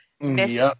Miss